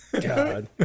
God